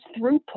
throughput